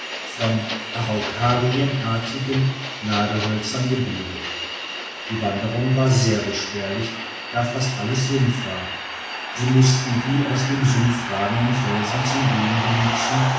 von araukarienartigen nadelhölzer gebildet die wanderung war sehr beschwerlich da fast alles sumpf war sie mußten die aus dem sumpf ragenden felsen zum gehen benützen